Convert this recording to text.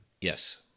yes